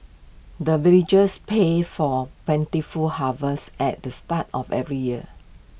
the villagers pay for plentiful harvest at the start of every year